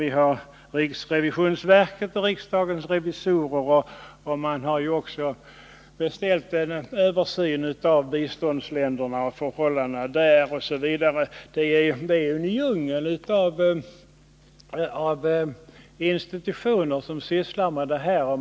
Vidare har vi riksrevisionsverket och riksdagens revisorer. Man har också beställt en översyn beträffande biståndsländerna och förhållandena där. Det är alltså en mängd institutioner som sysslar med detta.